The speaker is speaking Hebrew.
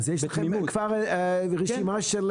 אז יש לכם כבר רשימה של,